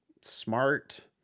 smart